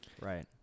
right